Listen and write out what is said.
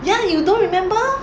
ya you don't remember